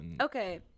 Okay